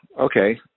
okay